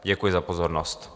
Děkuji za pozornost.